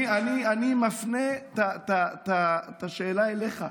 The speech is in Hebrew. אני מפנה את השאלה אליך,